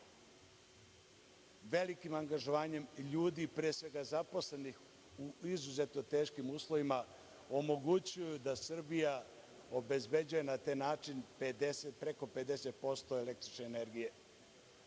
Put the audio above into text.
velikim angažovanjem ljudi, pre svega zaposlenih, u izuzetno teškim uslovima omogućuju da Srbija obezbeđuje na taj način preko 50% električne energije,